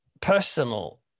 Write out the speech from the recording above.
personal